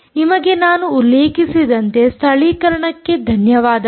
ನಿಮಗೆ ನಾನು ಉಲ್ಲೇಖಿಸಿದಂತೆ ಸ್ಥಳೀಕರಣಕ್ಕೆ ಧನ್ಯವಾದಗಳು